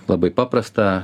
labai paprasta